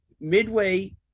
Midway